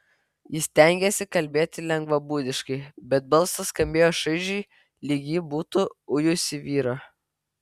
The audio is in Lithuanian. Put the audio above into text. ji stengėsi kalbėti lengvabūdiškai bet balsas skambėjo šaižiai lyg ji būtų ujusi vyrą